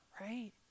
right